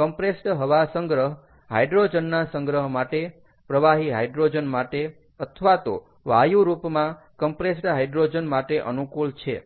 compressed હવા સંગ્રહ હાઈડ્રોજનના સંગ્રહ માટે પ્રવાહી હાઈડ્રોજન માટે અથવા તો વાયુરૂપમાં કમ્પ્રેસ્ડ હાઇડ્રોજન માટે અનુકૂળ છે